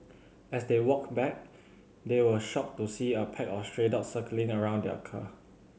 as they walked back they were shocked to see a pack of stray dogs circling around their car